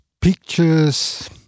pictures